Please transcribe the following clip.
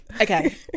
Okay